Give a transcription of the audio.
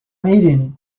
eating